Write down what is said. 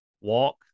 walk